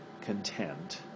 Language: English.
content